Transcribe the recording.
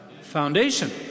foundation